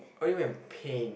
what do you mean by pain